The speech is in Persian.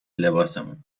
لباسمون